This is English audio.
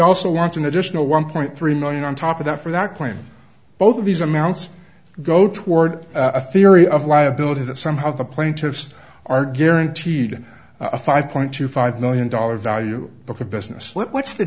also want an additional one point three million on top of that for that claim both of these amounts go toward a theory of liability that somehow the plaintiffs are guaranteed a five point two five million dollar value